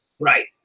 Right